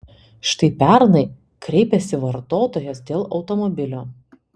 štai pernai kreipėsi vartotojas dėl automobilio